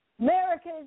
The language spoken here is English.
America